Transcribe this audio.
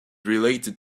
related